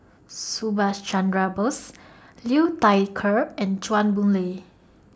Subhas Chandra Bose Liu Thai Ker and Chua Boon Lay